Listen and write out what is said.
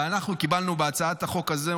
אנחנו קיבלנו בהצעת החוק הזו,